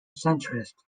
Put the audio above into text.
centrist